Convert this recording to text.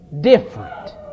different